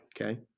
Okay